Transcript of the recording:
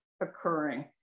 occurring